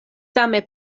same